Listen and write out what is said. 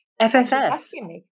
FFS